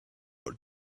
how